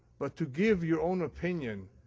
but to give your own opinion,